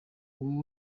uwo